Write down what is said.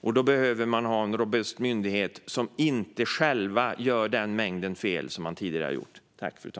Och då behövs det en robust myndighet som inte själv gör den mängd fel som man tidigare har gjort.